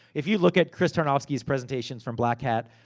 if you look at chris tarnovsky's presentations, from black hat.